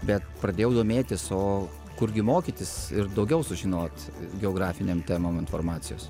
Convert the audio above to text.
bet pradėjau domėtis o kurgi mokytis ir daugiau sužinot geografinėm temom informacijos